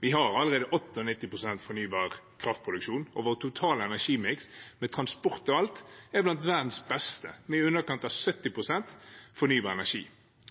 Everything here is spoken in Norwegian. Vi har allerede 98 pst. fornybar kraftproduksjon. Vår totale energimiks med transport og alt er blant verdens beste, med i underkant av 70 pst. fornybar energi,